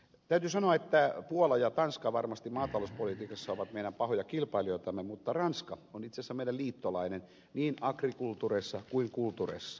täytyy sanoa että puola ja tanska varmasti maatalouspolitiikassa ovat meidän pahoja kilpailijoitamme mutta ranska on itse asiassa meidän liittolaisemme niin agriculturessa kuin culturessa